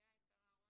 נציגה יקרה.